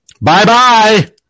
Bye-bye